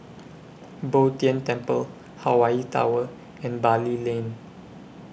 Bo Tien Temple Hawaii Tower and Bali Lane